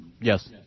Yes